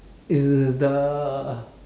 it's the